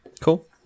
Cool